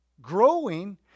growing